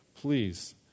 please